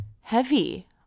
Heavy